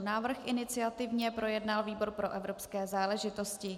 Návrh iniciativně projednal výbor pro evropské záležitosti.